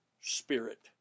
spirit